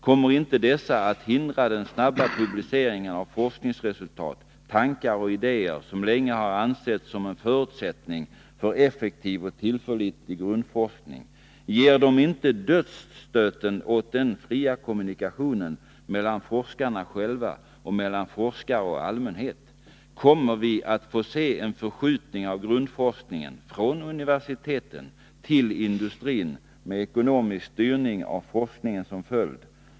Kommer inte dessa att hindra den snabba publiceringen av forskningsresultat, tankar och idéer som länge har ansetts som en förutsättning för effektiv och tillförlitlig grundforskning? Ger de inte dödsstöten åt den "fria kommunikationen” mellan forskarna själva och mellan forskare och allmänhet? Kommer vi att få se en förskjutning av grundforskningen från universiteten till industrin, med ekonomisk styrning av forskningen som följd?